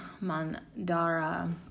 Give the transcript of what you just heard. mandara